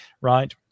right